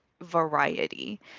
variety